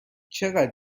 چقدر